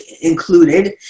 included